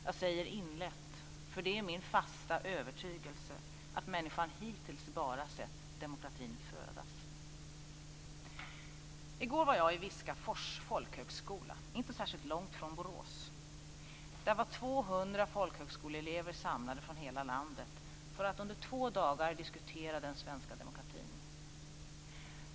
Jag säger "inledde", för det är min fasta övertygelse att människan hittills bara sett demokratin födas. I går var jag vid Viskafors folkhögskola, som inte ligger särskilt långt från Borås. Där var 200 folkhögskoleelever samlade från hela landet för att under två dagar diskutera den svenska demokratin.